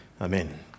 Amen